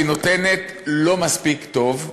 היא נותנת, לא מספיק טוב.